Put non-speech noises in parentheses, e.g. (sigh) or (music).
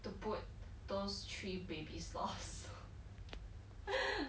to put those three baby sloths (laughs)